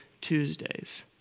Tuesdays